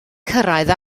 cyrraedd